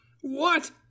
What